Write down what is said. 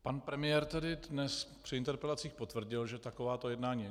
Pan premiér tady dnes při interpelacích potvrdil, že takováto jednání existují.